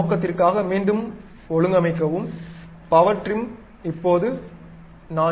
அந்த நோக்கத்திற்காக மீண்டும் டிரிம் விருப்பத்தில் பவர் டிரிம் பயன்படுத்துவேன்